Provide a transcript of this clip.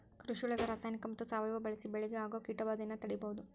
ಕೃಷಿಯೊಳಗ ರಾಸಾಯನಿಕ ಮತ್ತ ಸಾವಯವ ಬಳಿಸಿ ಬೆಳಿಗೆ ಆಗೋ ಕೇಟಭಾದೆಯನ್ನ ತಡೇಬೋದು